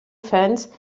fans